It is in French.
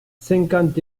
cinquante